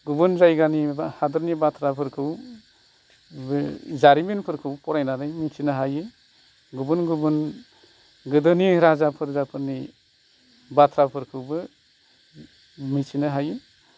गुबुन जायगानि हादोरनि बाथ्राफोरखौ जारिमिनफोरखौ फरायनानै मिन्थिनो हायो गुबुन गुबुन गोदोनि राजा फोरजाफोरनि बाथ्राफोरखौबो मिथिनो हायो